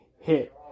hit